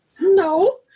No